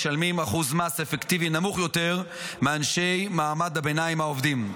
משלמים אחוז מס אפקטיבי נמוך יותר מאנשי מעמד הביניים העובדים,